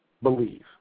believe